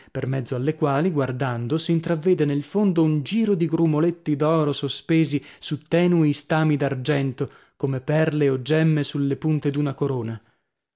per mezzo alle quali guardando s'intravvede nel fondo un giro di grumoletti d'oro sospesi su tenui stami d'argento come perle o gemme sulle punte d'una corona